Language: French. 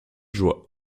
joie